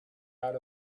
out